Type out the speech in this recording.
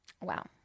Wow